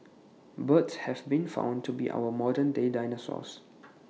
birds have been found to be our modern day dinosaurs